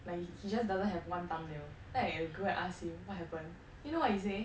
but he he just doesn't have one thumbnail then I go and ask him what happen you know what he say